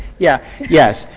yeah. yes,